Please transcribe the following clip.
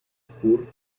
burg